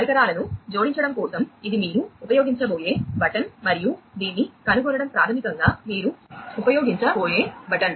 పరికరాలను జోడించడం కోసం ఇది మీరు ఉపయోగించబోయే బటన్ మరియు దీన్ని కనుగొనడం ప్రాథమికంగా మీరు ఉపయోగించబోయే బటన్